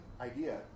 idea